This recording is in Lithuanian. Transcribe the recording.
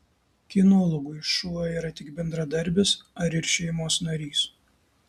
kinologui šuo yra tik bendradarbis ar ir šeimos narys